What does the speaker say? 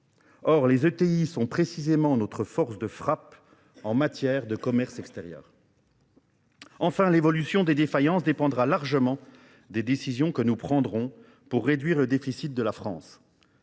Or, les ETI sont précisément notre force de frappe en matière de commerce extérieur. Enfin, l'évolution des défaillances dépendra largement des décisions que nous prendrons pour réduire le déficit de la France.